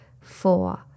four